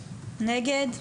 נגד?